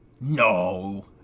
No